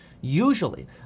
Usually